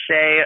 say